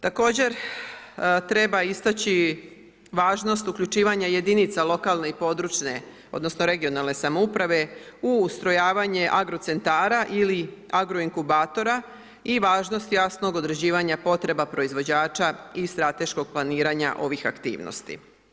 Također, treba istaći važnost uključivanja jedinice lokalne i područne odnosno regionalne samouprave u ustrojavanje agrocentara ili agroinkubatora i važnost jasnog određivanja potreba proizvođača i strateškog planiranja ovih aktivnosti.